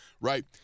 right